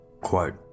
quote